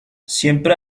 siempre